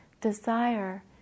desire